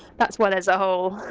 that's why there's a hole!